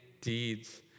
deeds